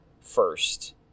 first